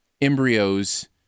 embryos